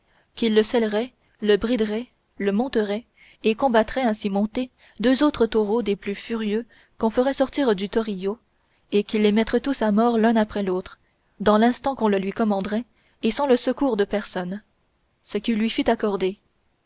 qu'il le sellerait le briderait le monterait et combattrait ainsi monté deux autres taureaux des plus furieux qu'on ferait sortir du torillo et qu'il les mettrait tous à mort l'un après l'autre dans l'instant qu'on le lui commanderait et sans le secours de personne ce qui lui fut accordé